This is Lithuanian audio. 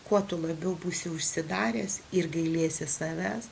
kuo tu labiau būsi užsidaręs ir gailėsi savęs